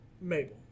Mabel